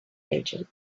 agent